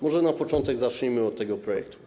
Może na początek zacznijmy od tego projektu?